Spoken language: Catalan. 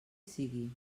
sigui